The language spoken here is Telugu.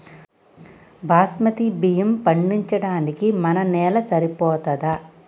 బాస్మతి బియ్యం పండించడానికి మన నేల సరిపోతదా?